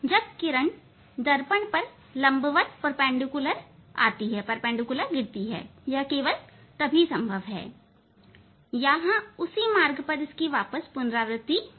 जब किरण दर्पण पर लंबवत गिरती है सिर्फ तभी यह संभव है कि यहां उसी मार्ग पर इसकी वापस पुनरावृति हो